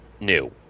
new